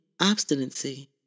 obstinacy